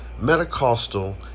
Metacostal